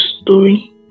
story